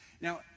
Now